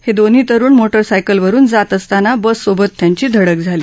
हे दोन्ही तरूण मोटरसायकल वरुन जात असताना बससोबत त्यांची धडक झाली